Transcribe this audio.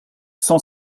cent